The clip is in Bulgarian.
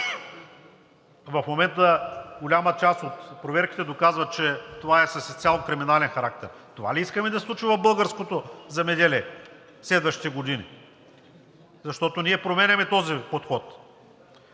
В момента голяма част от проверките доказват, че това е с изцяло криминален характер. Това ли искаме да се случва в българското земеделие следващите години? Защото ние променяме този подход.